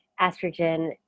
estrogen